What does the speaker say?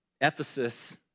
Ephesus